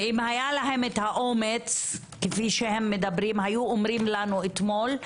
ואם היה להם את האומץ כפי שהם מדברים היו אומרים לנו אתמול,